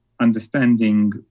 understanding